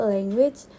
Language